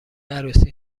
عروسی